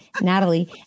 Natalie